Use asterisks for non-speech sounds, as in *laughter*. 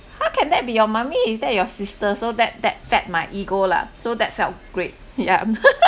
how can that be your mummy is that your sister so that that fed my ego lah so that felt great yeah *laughs*